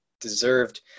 deserved